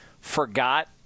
forgot